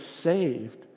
saved